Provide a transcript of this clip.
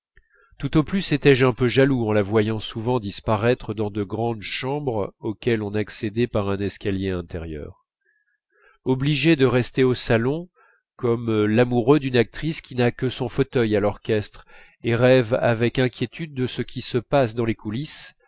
tout au plus étais-je un peu jaloux en la voyant souvent disparaître dans de grandes chambres auxquelles on accédait par un escalier intérieur obligé de rester au salon comme l'amoureux d'une actrice qui n'a que son fauteuil à l'orchestre et rêve avec inquiétude de ce qui se passe dans les coulisses